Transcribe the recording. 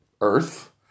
earth